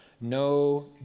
no